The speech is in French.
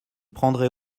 prendrai